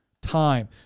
time